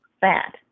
fat